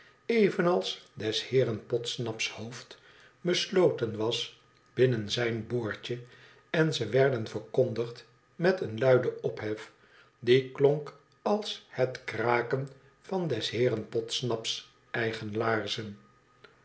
evenals des heeren podsnap s hoofd besloten was binnen zijn boordje en ze werden verkondigd met een luiden ophef die klonk als het kraken van des heeren podsnap's eigen